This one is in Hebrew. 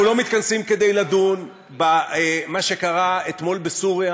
אנחנו לא מתכנסים כדי לדון במה שקרה אתמול בסוריה,